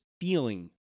feeling